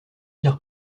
dire